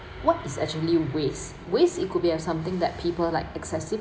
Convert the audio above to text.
what is actually waste waste it could be something that people like excessive